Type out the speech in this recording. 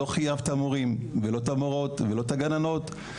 לא חייבת מורים ולא את המורות ולא את הגננות.